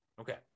Okay